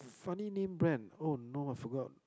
funny name brand oh no I forgot